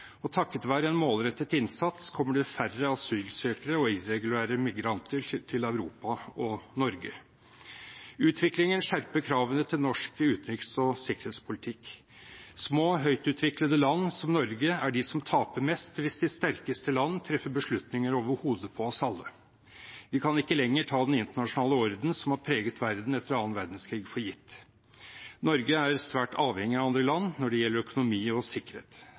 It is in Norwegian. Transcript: en målrettet innsats kommer det færre asylsøkere og irregulære immigranter til Europa og Norge. Utviklingen skjerper kravene til norsk utenriks- og sikkerhetspolitikk. Små og høyt utviklede land, som Norge, er de som taper mest hvis de sterkeste land treffer beslutninger over hodet på oss alle. Vi kan ikke lenger ta den internasjonale ordenen som har preget verden etter annen verdenskrig, for gitt. Norge er svært avhengig av andre land når det gjelder økonomi og sikkerhet.